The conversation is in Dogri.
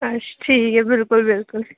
अच्छा ठीक ऐ बिल्कुल बिल्कुल